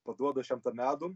paduodu aš jam tą medų